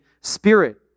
Spirit